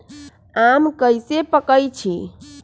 आम कईसे पकईछी?